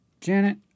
Janet